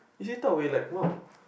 is it thought like we [what]